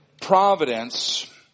providence